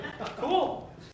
Cool